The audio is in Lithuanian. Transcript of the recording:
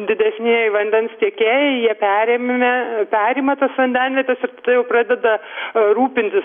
didesnieji vandens tiekėjai jie perėmė perima tas vandenvietes jau pradeda rūpintis